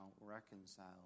reconciled